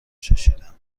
چشیدم